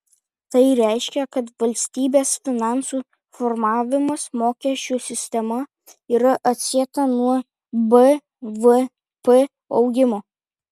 tai reiškia kad valstybės finansų formavimas mokesčių sistema yra atsieta nuo bvp augimo